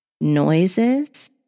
noises